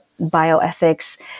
bioethics